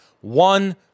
one